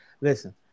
Listen